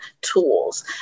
tools